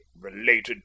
related